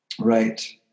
right